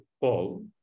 Paul